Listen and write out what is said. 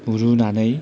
रुनानै